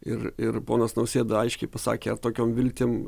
ir ir ponas nausėda aiškiai pasakė tokiom viltim